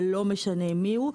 ולא משנה מי הוא,